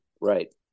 Right